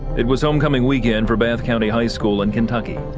it was homecoming weekend for bath county high school in kentucky.